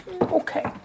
Okay